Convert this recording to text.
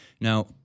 now